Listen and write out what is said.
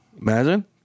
Imagine